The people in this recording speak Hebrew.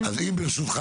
ברשותך,